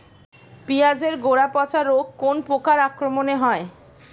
পিঁয়াজ এর গড়া পচা রোগ কোন পোকার আক্রমনে হয়?